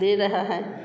दे रही है